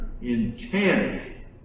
intense